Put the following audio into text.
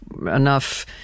enough